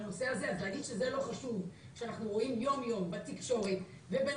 אז להגיד שזה לא חשוב כשאנחנו רואים יום יום בתקשורת ובין